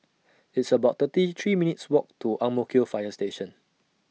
It's about thirty three minutes' Walk to Ang Mo Kio Fire Station